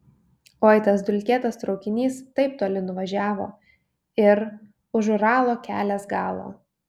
oi tas dulkėtas traukinys taip toli nuvažiavo ir už uralo kelias galo